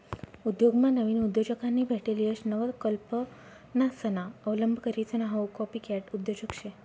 उद्योगमा नाविन उद्योजकांनी भेटेल यश नवकल्पनासना अवलंब करीसन हाऊ कॉपीकॅट उद्योजक शे